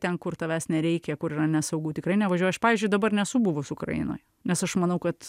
ten kur tavęs nereikia kur yra nesaugu tikrai nevažiuoju aš pavyzdžiui dabar nesu buvus ukrainoj nes aš manau kad